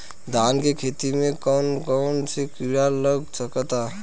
धान के खेती में कौन कौन से किड़ा लग सकता?